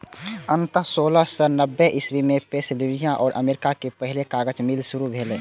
अंततः सोलह सय नब्बे इस्वी मे पेंसिलवेनिया मे अमेरिका के पहिल कागज मिल शुरू भेलै